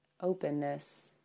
openness